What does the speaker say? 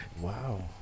Wow